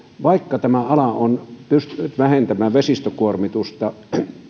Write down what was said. vaikka tämä ala on pystynyt vähentämään vesistökuormitusta